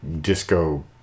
disco